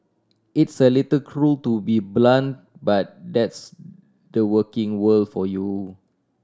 it's a little cruel to be blunt but that's the working world for you